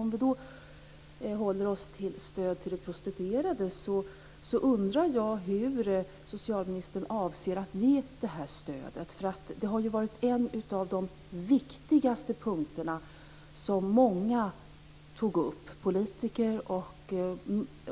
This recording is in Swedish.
Om vi håller oss till stödet till de prostituerade undrar jag hur socialministern avser att ge detta stöd. Det var en av de viktigaste punkterna som många tog upp, politiker och